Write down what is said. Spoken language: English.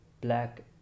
black